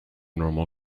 normal